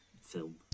film